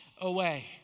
away